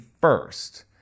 first